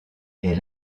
est